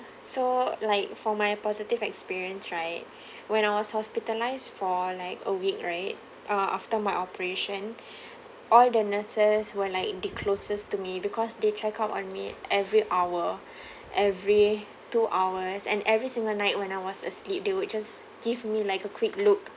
so like for my uh positive experience right when I was hospitalised for like a week right uh after my operation all the nurses were like the closest to me because they check out on me every hour every two hours and every single night when I was asleep they will just give me like a quick look